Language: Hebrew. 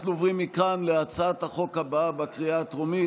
אנחנו עוברים מכאן להצעת החוק הבאה בקריאה הטרומית,